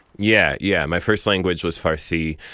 yeah, yeah. my first language was farsi,